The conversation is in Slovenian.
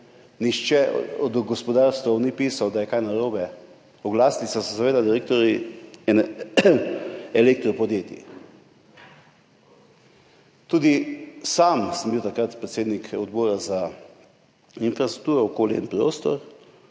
Nihče od gospodarstev ni pisal, da je kaj narobe, oglasili so se seveda direktorji elektro podjetij. Sam sem bil takrat predsednik Odbora za infrastrukturo, okolje in prostor